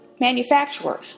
manufacturer